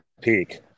peak